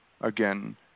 again